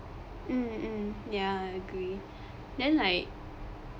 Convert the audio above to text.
mm mm ya agree then like